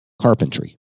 carpentry